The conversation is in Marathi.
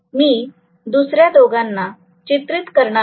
मी दुसऱ्या दोघांना चित्रित करणार आहे